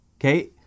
okay